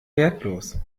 wertlos